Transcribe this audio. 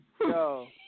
yo